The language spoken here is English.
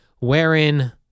Wherein